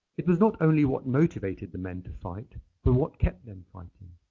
it was not only what motivated the men to fight but what kept them fighting.